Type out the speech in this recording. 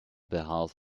behalf